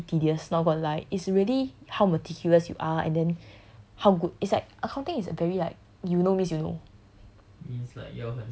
accounting a bit be tedious not worth like it's really how meticulous you are and then how good it's like accounting is a very like you know means you know